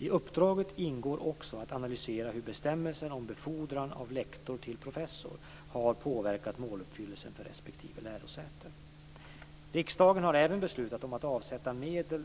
I uppdraget ingår också att analysera hur bestämmelserna om befordran av lektor till professor har påverkat måluppfyllelsen för respektive lärosäte. Riksdagen har även beslutat om att avsätta medel